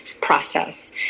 process